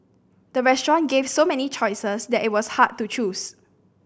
the restaurant gave so many choices that it was hard to choose